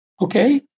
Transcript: Okay